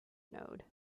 node